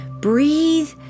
Breathe